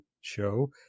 show